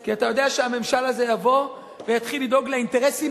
כי אתה יודע שהממשל הזה יבוא ויתחיל לדאוג לאינטרסים